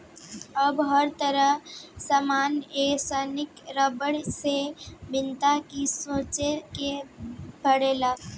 अब त हर सामान एइसन रबड़ से बनता कि सोचे के पड़ता